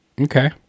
Okay